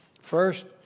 First